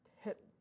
hit